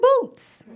boots